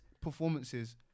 performances